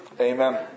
Amen